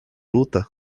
luta